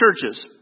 churches